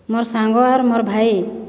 ମୋର୍ ସାଙ୍ଗ ଆର୍ ମୋର୍ ଭାଇ